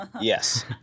Yes